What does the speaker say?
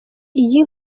iyi